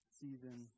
season